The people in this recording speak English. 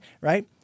right